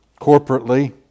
corporately